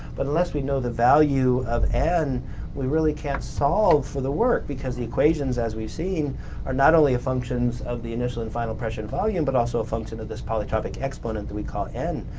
but unless we know the value of n we really can't solve for the work because the equations as we've seen are not only functions of the initial and final pressure and volume, but also a function of this polytropic exponent that we call n.